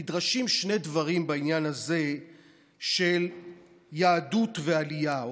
נדרשים שני דברים בעניין הזה של יהדות ועלייה,